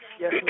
Yes